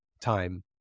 time